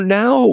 now